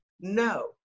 no